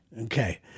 Okay